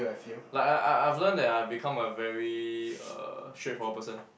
like I I I I've learn that I become a very uh straightforward person